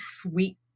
sweet